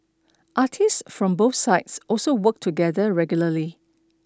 artists from both sides also work together regularly